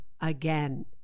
again